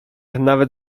nawet